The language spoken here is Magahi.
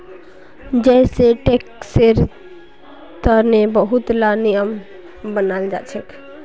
जै सै टैक्सेर तने बहुत ला नियम बनाल जाछेक